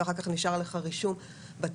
שהיא